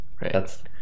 Right